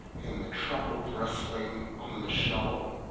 in the troubled rustling on the shoal,